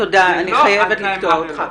אני חייבת לקטוע אותך.